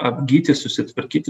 apgyti susitvarkyti